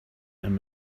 and